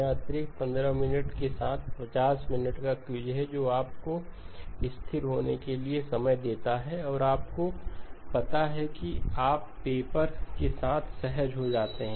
यह अतिरिक्त 15 मिनट के साथ 50 मिनट की क्विज़ है जो आपको स्थिर होने के लिए लिए समय देता है और आपको पता है कि आप पेपर के साथ सहज हो जाते हैं